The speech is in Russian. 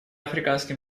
африканским